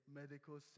medical